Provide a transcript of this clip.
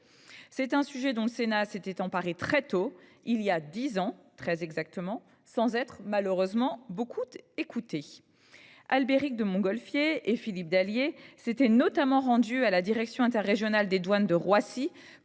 C’est un sujet dont le Sénat s’était emparé très tôt, il y a dix ans très exactement, sans malheureusement être beaucoup écouté. Albéric de Montgolfier et Philippe Dallier s’étaient notamment rendus à la direction interrégionale des douanes de Roissy